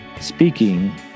speaking